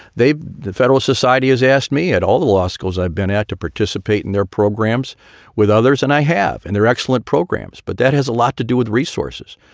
they the federal society has asked me at all the law schools. i've been out to participate in their programs with others and i have and they're excellent programs. but that has a lot to do with resources.